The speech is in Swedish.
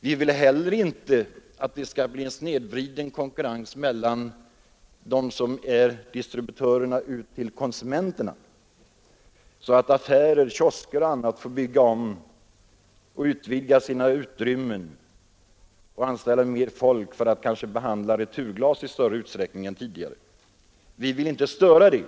Vi vill inte heller åstadkomma en snedvriden konkurrens mellan distributörerna ut till konsumenterna, så att affärer, kiosker och andra får bygga om, utvidga och anställa mera folk för att i större utsträckning än tidigare ta hand om returglas. Vi vill inte störa bilden här.